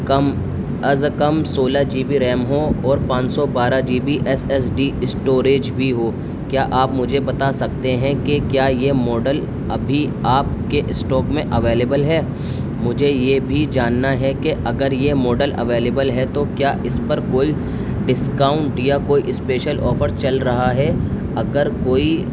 کم از کم سولہ جی بی ریم ہو اور پان سو بارہ G B S S D storage بھی ہو کیا آپ مجھے بتا سکتے ہیں کہ کیا یہ ماڈل ابھی آپ کے اسٹوک میں اویلیبل ہے مجھے یہ بھی جاننا ہے کہ اگر یہ ماڈل اویلیبل ہے تو کیا اس پر کوئی ڈسکاؤنٹ یا کوئی اسپیشل آفر چل رہا ہے اگر کوئی